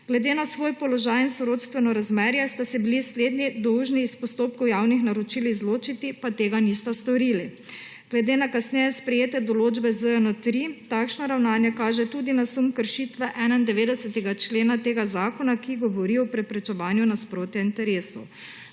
Glede na svoj položaj in sorodstveno razmerje sta se bili slednji dolžni iz postopkov javnih naročil izločiti, pa tega nista storili. Glede na kasneje sprejete določbe ZJN-3, takšna ravnanja kaže tudi na sum kršitve 91. člena tega zakona, ki govori o preprečevanju nasprotja interesu.